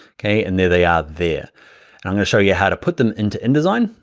okay, and there they are there. and i'm gonna show yeah how to put them into indesign,